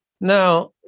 Now